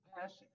passion